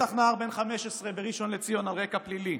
רצח נער בן 15 בראשון לציון על רקע פלילי,